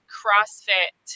crossfit